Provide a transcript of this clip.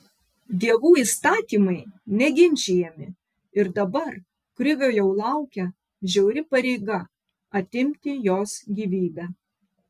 dievų įstatymai neginčijami ir dabar krivio jau laukia žiauri pareiga atimti jos gyvybę